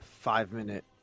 five-minute